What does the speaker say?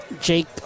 Jake